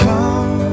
Come